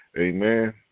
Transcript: Amen